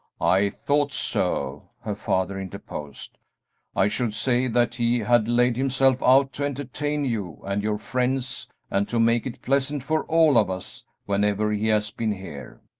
i thought so, her father interposed i should say that he had laid himself out to entertain you and your friends and to make it pleasant for all of us whenever he has been here.